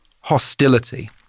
hostility